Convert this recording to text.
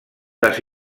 les